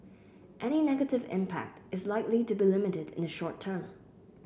any negative impact is likely to be limited in the short term